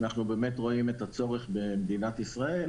אנחנו רואים את הצורך של מדינת ישראל